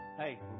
Hey